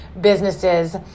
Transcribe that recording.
businesses